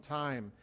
time